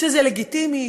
שזה לגיטימי,